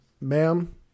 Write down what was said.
ma'am